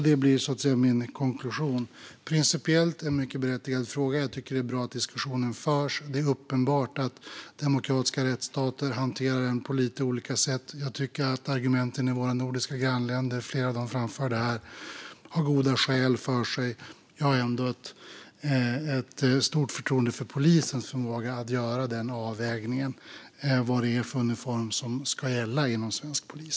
Detta blir min konklusion. Principiellt är det en mycket berättigad fråga, och jag tycker att det är bra att diskussionen förs. Det är uppenbart att demokratiska rättsstater hanterar den på lite olika sätt. Jag tycker att argumenten i våra nordiska grannländer - flera av dem har framförts här - har goda skäl för sig. Jag har ändå stort förtroende för polisens förmåga att göra avvägningen kring vad det är för uniform som ska gälla inom svensk polis.